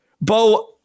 Bo